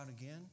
again